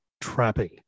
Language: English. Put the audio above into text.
trapping